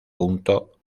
punto